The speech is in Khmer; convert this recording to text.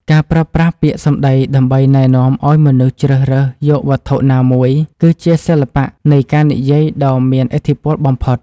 ការប្រើប្រាស់ពាក្យសម្តីដើម្បីណែនាំឱ្យមនុស្សជ្រើសរើសយកវត្ថុណាមួយគឺជាសិល្បៈនៃការនិយាយដ៏មានឥទ្ធិពលបំផុត។